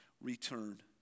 return